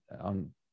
on